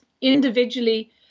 individually